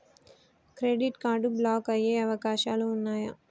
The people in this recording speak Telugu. క్రెడిట్ కార్డ్ బ్లాక్ అయ్యే అవకాశాలు ఉన్నయా?